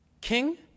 King